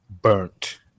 burnt